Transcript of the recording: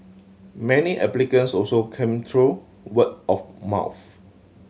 many applicants also came through word of mouth